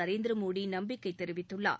நரேந்திரமோடி நம்பிக்கை தெரிவித்துள்ளார்